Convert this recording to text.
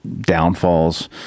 downfalls